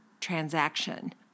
transaction